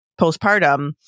postpartum